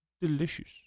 Delicious